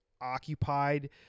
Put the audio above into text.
occupied